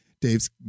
Dave's